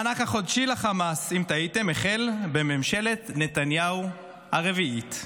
המענק החודשי לחמאס החל בממשלת נתניהו הרביעית.